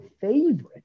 favorite